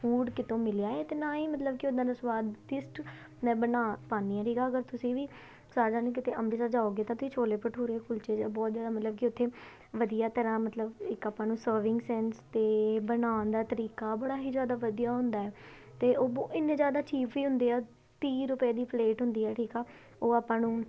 food ਕਿਤੇ ਤੋਂ ਮਿਲਿਆ ਅਤੇ ਨਾ ਹੀ ਮਤਲਬ ਕਿ ਉੱਦਾਂ ਦਾ ਸਵਾਦ ਟੇਸਟ ਮੈਂ ਬਣਾ ਪਾਉਂਦੀ ਆ ਠੀਕ ਆ ਅਗਰ ਤੁਸੀਂ ਵੀ ਸਾਰੇ ਜਣੇ ਕਿਤੇ ਅੰਮ੍ਰਿਤਸਰ ਜਾਓਗੇ ਤਾਂ ਤੁਸੀਂ ਛੋਲੇ ਭਟੂਰੇ ਕੁਲਚੇ ਬਹੁਤ ਜਿਆਦਾ ਮਤਲਬ ਕਿ ਉੱਥੇ ਵਧੀਆ ਤਰਾਂ ਮਤਲਬ ਇੱਕ ਆਪਾਂ ਨੂੰ ਸਰਵਿੰਗ ਸੈਂਸ ਅਤੇ ਬਣਾਉਣ ਦਾ ਤਰੀਕਾ ਬੜਾ ਹੀ ਜ਼ਿਆਦਾ ਵਧੀਆ ਹੁੰਦਾ ਅਤੇ ਉਹ ਬ ਇੰਨੇ ਜ਼ਿਆਦਾ ਚੀਫ ਵੀ ਹੁੰਦੇ ਆ ਤੀਹ ਰੁਪਏ ਦੀ ਪਲੇਟ ਹੁੰਦੀ ਆ ਠੀਕ ਆ ਉਹ ਆਪਾਂ ਨੂੰ